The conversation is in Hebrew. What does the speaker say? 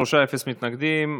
בעד, שלושה, אין מתנגדים.